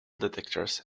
detectors